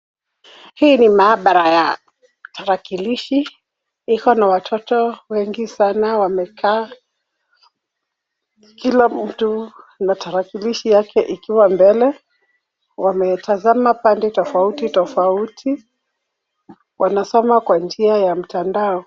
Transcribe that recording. Hii ni maabara ya tarakilishi iko na watoto wengi sana wamekaa kila mtu na tarakilishi yake ikiwa mbele, wametanzama pande tofauti tofauti, wanasoma kwa njia ya mtandao.